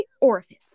Orifice